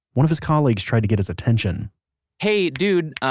one of his colleagues tries to get his attention hey dude, uhhh,